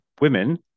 women